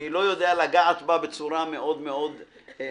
אני לא יודע לגעת בה בצורה מאוד משמעותית,